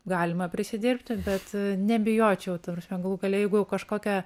galima prisidirbti bet nebijočiau ta prasme galų gale jeigu kažkokią